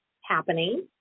happening